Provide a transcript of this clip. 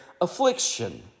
affliction